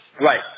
Right